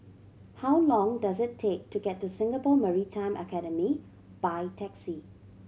how long does it take to get to Singapore Maritime Academy by taxi